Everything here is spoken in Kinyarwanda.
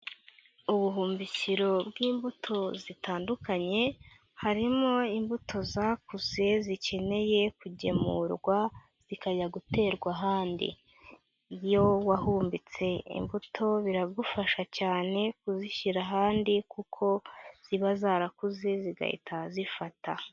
Ubuhumbikiro bw'imbuto zitandukanye, harimo imbuto zakuze zikeneye kugemurwa zikajya guterwa ahandi, iyo wahumbitse imbuto biragufasha cyane kuzishyira ahandi, kuko ziba zarakuze zigahita zifata.